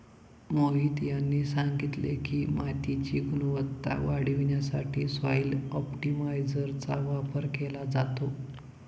मोहित यांनी सांगितले की, मातीची गुणवत्ता वाढवण्यासाठी सॉइल ऑप्टिमायझरचा वापर केला जातो